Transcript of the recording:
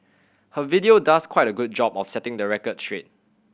her video does quite a good job of setting the record straight